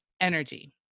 energy